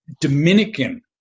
Dominican